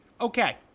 Okay